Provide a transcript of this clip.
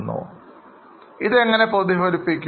ഇപ്പോൾ ഇതെങ്ങനെ പ്രതിഫലിക്കും